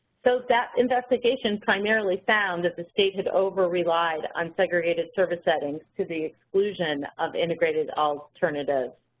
so that investigation primarily found that the state had over relied on segregated services settings to the exclusion of integrated alternatives.